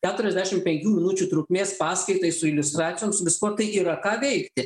keturiasdešim penkių minučių trukmės paskaitai su iliustracijom su viskuo tai yra ką veikti